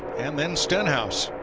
and then stenhouse.